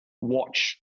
watch